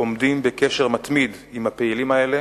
עומדים בקשר מתמיד עם הפעילים האלה,